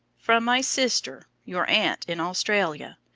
from my sister, your aunt, in australia.